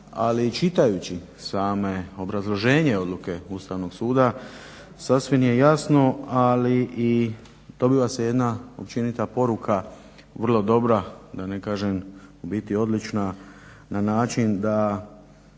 i čitajući samo obrazloženje odluke Ustavnog suda sasvim je jasno, ali i dobiva se jedna općenita poruka vrlo dobra, da ne kažem u biti odlična, na način da